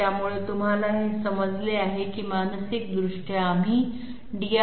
त्यामुळे तुम्हाला हे समजले आहे की मानसिकदृष्ट्या आम्ही dR